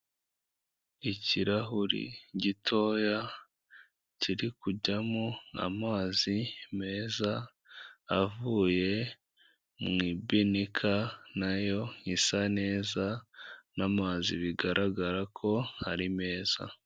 Ikirahuri gitoya kiri kujyamo amazi meza avuye mu ibinika na yo isa neza, ni amazi bigaragara ko ari meza.